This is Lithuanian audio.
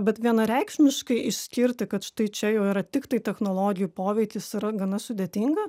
bet vienareikšmiškai išskirti kad štai čia jau yra tiktai technologijų poveikis yra gana sudėtinga